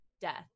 death